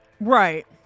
Right